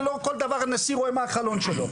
ולא כל דבר הנשיא רואה מהחלון שלו.